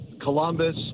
Columbus